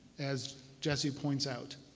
as jesse points out.